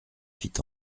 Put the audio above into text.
fit